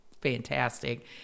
fantastic